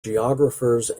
geographers